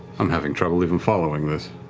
i'm having trouble even following this.